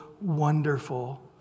wonderful